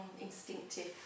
instinctive